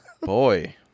Boy